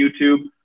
YouTube